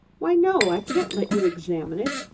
why, no. i can't let you examine it.